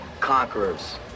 conquerors